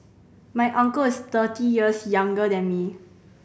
my uncle is thirty years younger than me